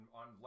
on